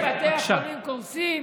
הוא אשם בזה שבתי החולים קורסים.